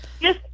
Yes